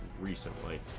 recently